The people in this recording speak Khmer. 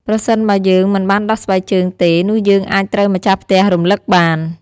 ប្រសិនបើយើងមិនបានដោះស្បែកជើងទេ នោះយើងអាចត្រូវម្ចាស់ផ្ទះរំឭកបាន។